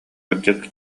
кырдьык